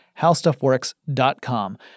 howstuffworks.com